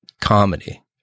comedy